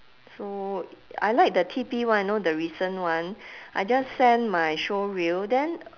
so I like the T_P one you know the recent one I just send my showreel then